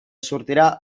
sortirà